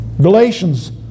Galatians